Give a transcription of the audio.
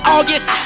August